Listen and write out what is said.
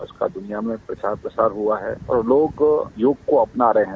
इसका दुनिया में प्रचार प्रसार हुआ है और लोग योग को अपना रहे हैं